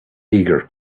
eager